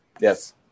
Yes